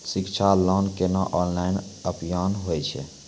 शिक्षा लोन केना online apply होय छै?